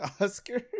Oscar